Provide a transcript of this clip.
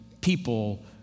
people